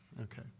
Okay